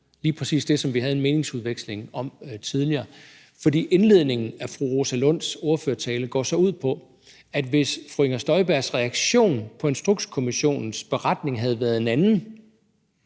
lige præcis det, som vi havde en meningsudveksling om tidligere. For indledningen af fru Rosa Lunds ordførertale går ud på, at hvis fru Inger Støjbergs reaktion på Instrukskommissionens beretning havde været en anden,